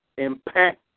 impact